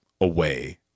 away